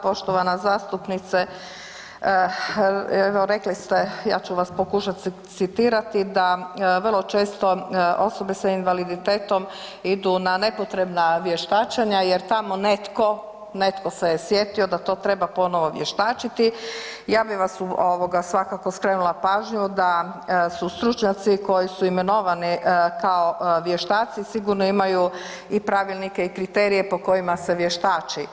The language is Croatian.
Poštovana zastupnice evo rekli ste, ja ću vas pokušati citirati, da vrlo često osobe s invaliditetom idu na nepotrebna vještačenja jer tamo netko, netko se je sjetio da to treba ponovo vještačiti, ja bi vas ovoga svakako skrenula pažnju da su stručnjaci koji su imenovani kao vještaci sigurno imaju i pravilnike i kriterije po kojima se vještači.